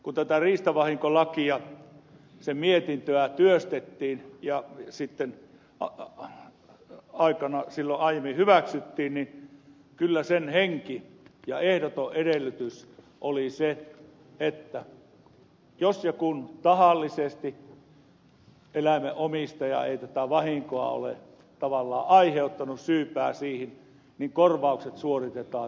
kun tätä riistavahinkolakia sen mietintöä työstettiin ja silloin aiemmin hyväksyttiin niin kyllä sen henki ja ehdoton edellytys oli se että jos ja kun tahallisesti eläimen omistaja ei tätä vahinkoa ole tavallaan aiheuttanut ollut syypää siihen niin korvaukset suoritetaan täysimääräisinä